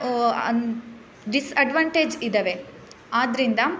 disadvantage ಇದ್ದಾವೆ ಆದ್ರಿಂದ